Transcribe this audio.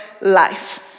life